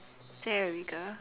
there we go